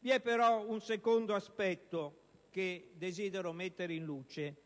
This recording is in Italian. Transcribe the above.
Vi è però un secondo aspetto che desidero mettere in luce.